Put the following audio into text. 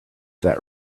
that